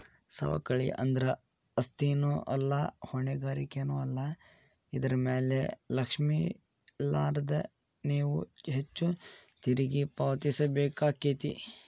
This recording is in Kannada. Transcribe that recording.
ಸವಕಳಿ ಅಂದ್ರ ಆಸ್ತಿನೂ ಅಲ್ಲಾ ಹೊಣೆಗಾರಿಕೆನೂ ಅಲ್ಲಾ ಇದರ್ ಮ್ಯಾಲೆ ಲಕ್ಷಿಲ್ಲಾನ್ದ್ರ ನೇವು ಹೆಚ್ಚು ತೆರಿಗಿ ಪಾವತಿಸಬೇಕಾಕ್ಕೇತಿ